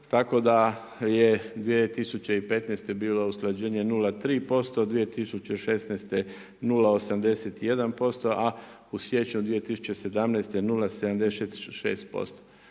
tako da je 2015. bilo usklađenje 0,3%, 2016. 081%, a u siječnju 2017. 0,76%.